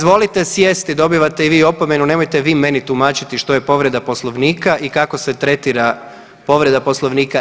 Izvolite sjesti, dobivate i vi opomenu, nemojte vi meni tumačiti što je povreda Poslovnika i kako se tretira povreda Poslovnika.